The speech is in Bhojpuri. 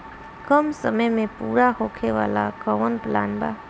कम समय में पूरा होखे वाला कवन प्लान बा?